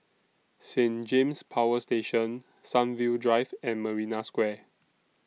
Saint James Power Station Sunview Drive and Marina Square